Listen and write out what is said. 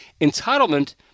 entitlement